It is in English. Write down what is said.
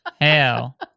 Hell